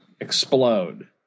explode